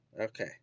Okay